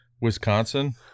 Wisconsin